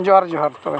ᱡᱚᱦᱟᱨ ᱡᱚᱦᱟᱨ ᱛᱚᱵᱮ